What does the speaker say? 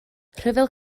rhyfel